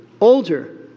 older